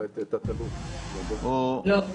לא.